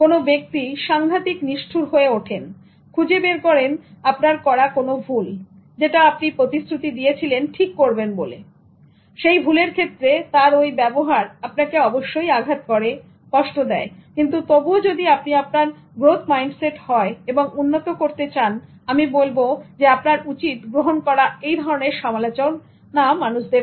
কোন ব্যক্তি সাংঘাতিক নিষ্ঠুর হয়ে ওঠেন খুঁজে বের করেন আপনার করা কোন ভুল যেটা আপনি প্রতিশ্রুতি দিয়েছিলেন ঠিক করবেন বলে সেই ভুলের ক্ষেত্রে তার ওই ব্যবহার আপনাকে অবশ্যই আঘাত করে কষ্ট দেয় কিন্তু তবুও যদি আপনি আপনার গ্রোথমাইন্ডসেট হয় এবং উন্নত করতে চান আমি বলব আপনার উচিত গ্রহণ করা এই ধরনের সমালোচক মানুষদের